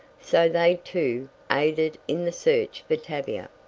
so they, too, aided in the search for tavia.